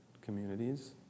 communities